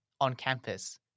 on-campus